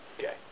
Okay